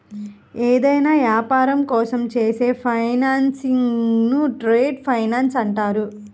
ఏదైనా యాపారం కోసం చేసే ఫైనాన్సింగ్ను ట్రేడ్ ఫైనాన్స్ అంటారు